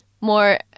more